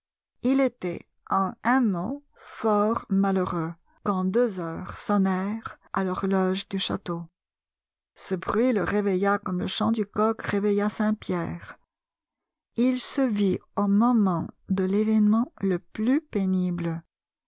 il était en un mot fort malheureux quand deux heures sonnèrent à l'horloge du château ce bruit le réveilla comme le chant du coq réveilla saint pierre il se vit au moment de l'événement le plus pénible